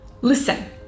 Listen